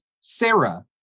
Sarah